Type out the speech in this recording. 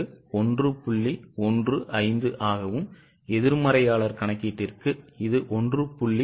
15 ஆகவும் எதிர்மறையாளர் கணக்கீட்டிற்கு இது 1